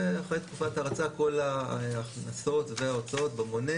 ואחרי תקופת ההרצה כל ההכנסות וההוצאות במונה.